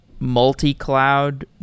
Multi-cloud